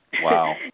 Wow